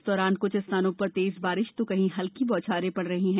इस दौरान कुछ स्थानों पर तेज बारिश तो कहीं हल्की बौछारें पड़ीं है